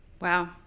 Wow